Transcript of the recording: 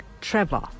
Trevor